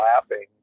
laughing